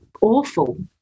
awful